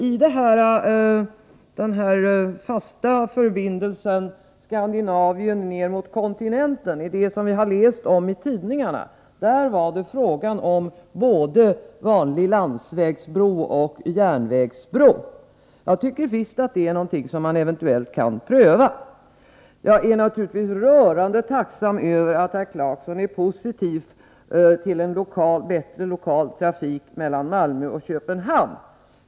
I fråga om förbindelsen från Skandinavien ner mot kontinenten — det som vi har läst om i tidningarna — talades det om både vanlig landsvägsbro och järnvägsbro. Jag tycker visst att det är någonting som man eventuellt kan pröva. Jag är naturligtvis rörd och tacksam över att herr Clarkson är positiv tillen — Nr 65 bättre lokal trafik mellan Malmö och Köpenhamn.